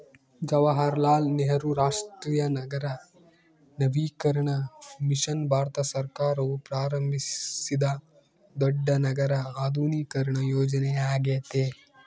ಜವಾಹರಲಾಲ್ ನೆಹರು ರಾಷ್ಟ್ರೀಯ ನಗರ ನವೀಕರಣ ಮಿಷನ್ ಭಾರತ ಸರ್ಕಾರವು ಪ್ರಾರಂಭಿಸಿದ ದೊಡ್ಡ ನಗರ ಆಧುನೀಕರಣ ಯೋಜನೆಯ್ಯಾಗೆತೆ